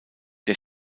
der